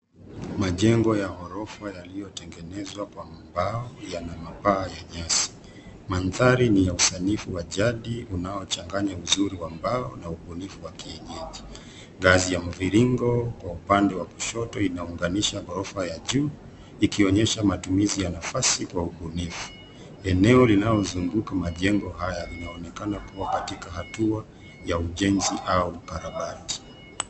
Majengo ya ghorofa yaliyotengenezwa kwa mbao yana mapaa ya nyasi. Mandhari ni ya usanifu wa jadi, unaochanganya uzuri wa mbao na ubunifu wa kienyeji. Ngazi ya mviringo kwa upande wa kushoto, inaunganisha ghorofa ya juu, ikionyesha matumizi ya nafasi kwa ubunifu. Eneo linalozunguka majengo haya linaonekana kua katika hatua ya ujenzi au ukarabati.